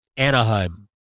Anaheim